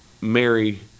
Mary